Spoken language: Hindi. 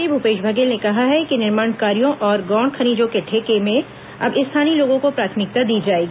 मुख्यमंत्री भूपेश बघेल ने कहा कि निर्माण कार्यों और गौण खनिजों के ठेके में अब स्थानीय लोगों को प्राथमिकता दी जाएगी